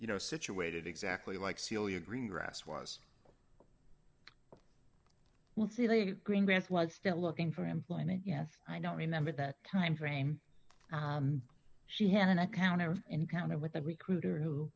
you know situated exactly like celia greengrass was well seeley greengrass was still looking for employment yes i don't remember that timeframe she had an account of encounter with a recruiter who